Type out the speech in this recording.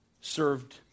served